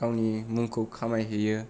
गावनि मुंखौ खामायहैयो